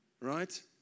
right